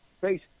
Face